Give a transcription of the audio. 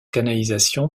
canalisations